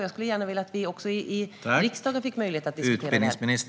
Jag skulle gärna vilja att vi fick möjlighet att diskutera det här även i riksdagen.